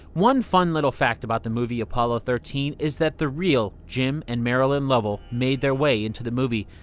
one fun little fact about the movie apollo thirteen is that the real jim and marilyn lovell made their way into the movie.